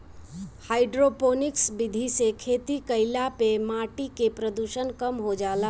hydroponics विधि से खेती कईला पे माटी के प्रदूषण कम हो जाला